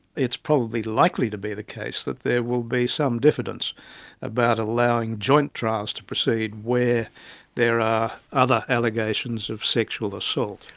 it's probably likely to be the case that there will be some diffidence about allowing joint trials to proceed where there are other allegations of sexual assault.